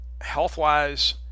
health-wise